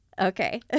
Okay